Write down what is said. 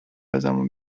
ازمون